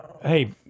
Hey